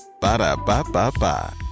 Ba-da-ba-ba-ba